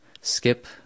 skip